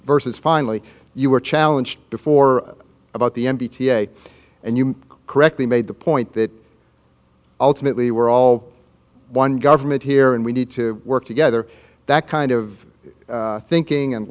versus finally you were challenge before about the n p t day and you correctly made the point that ultimately we're all one government here and we need to work together that kind of thinking and